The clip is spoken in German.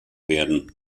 werden